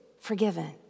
forgiven